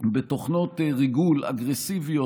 בתוכנות ריגול אגרסיביות,